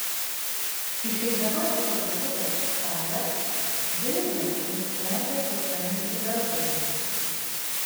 išeidama į parduotuvės salę džėja nusprendė paskambinti darbdaviui